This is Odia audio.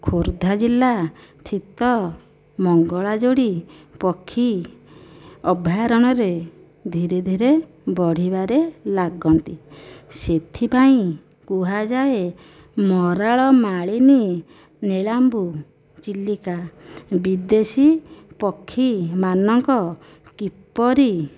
ଖୋର୍ଦ୍ଧା ଜିଲ୍ଲା ସ୍ଥିତ ମଙ୍ଗଳାଯୋଡ଼ି ପକ୍ଷୀ ଅଭୟାରଣ୍ୟରେ ଧୀରେ ଧୀରେ ବଢ଼ିବାରେ ଲାଗନ୍ତି ସେଥିପାଇଁ କୁହାଯାଏ ମରାଳ ମାଳିନୀ ନୀଳାମ୍ବୁ ଚିଲିକା ବିଦେଶୀ ପକ୍ଷୀ ମାନଙ୍କ କିପରି